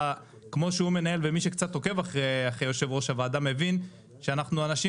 ומי שעוקב אחרי יושב-ראש הוועדה מבין שאנחנו אנשים